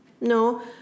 no